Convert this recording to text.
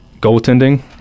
goaltending